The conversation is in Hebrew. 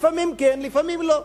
לפעמים כן ולפעמים לא.